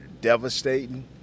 devastating